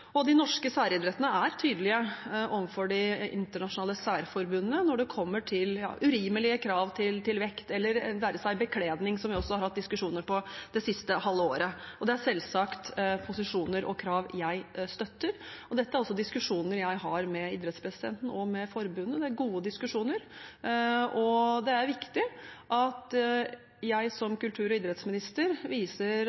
De norske særidrettene er tydelige overfor de internasjonale særforbundene når det kommer til urimelige krav til vekt eller til bekledning, som vi også har hatt diskusjoner om det siste halve året. Dette er selvsagt posisjoner og krav jeg støtter, og dette er også diskusjoner jeg har med idrettspresidenten og med forbundet. Det er gode diskusjoner, og det er viktig at jeg